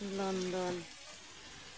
London